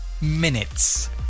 minutes